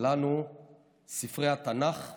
לנו ספרי התנ"ך והתפילה".